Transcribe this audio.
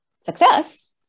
success